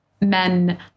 men